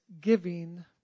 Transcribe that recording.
Giving